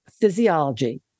physiology